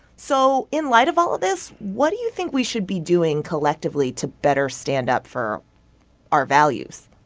so in light of all of this, what do you think we should be doing, collectively, to better stand up for our values?